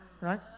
right